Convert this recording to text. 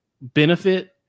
benefit